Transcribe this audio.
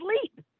sleep